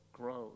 Grows